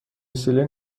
سیلین